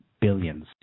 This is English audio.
billions